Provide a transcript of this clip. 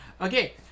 Okay